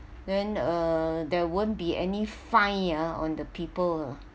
then uh there won't be any fine ah on the people ah